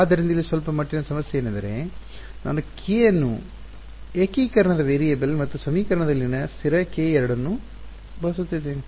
ಆದ್ದರಿಂದ ಇಲ್ಲಿ ಸ್ವಲ್ಪಮಟ್ಟಿನ ಸಮಸ್ಯೆ ಏನೆಂದರೆ ನಾನು k ಅನ್ನು ಏಕೀಕರಣದ ವೇರಿಯೇಬಲ್ ಮತ್ತು ಸಮೀಕರಣದಲ್ಲಿನ ಸ್ಥಿರ k ಎರಡನ್ನೂ ಬಳಸುತ್ತಿದ್ದೇನೆ